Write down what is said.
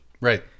Right